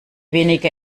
weniger